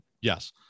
Yes